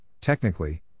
Technically